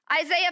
Isaiah